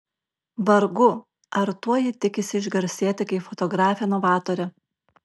vargu ar tuo ji tikisi išgarsėti kaip fotografė novatorė